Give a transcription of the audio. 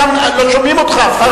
לא שומעים אותך אפילו.